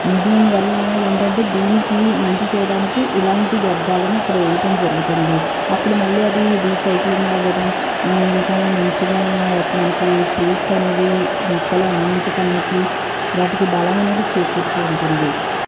దీనివల్ల ఏంటంటే దీనికి మంచి చేయడానికి ఇలాంటి వ్యర్ధాలను అక్కడ వేయడం జరుగుతుంది అప్పుడు మళ్ళీ అది రీసైక్లింగ్ అవడం ఇంకా మంచిగా మనకి ఫ్రూట్స్ అనేవి మొక్కలు అందించడానికి వాటికి బలం అనేది చేకూరుతు ఉంటుంది